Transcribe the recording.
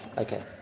Okay